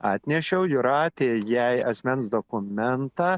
atnešiau jūratė jai asmens dokumentą